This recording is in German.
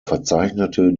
verzeichnete